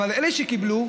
אבל אלה שקיבלו,